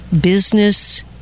business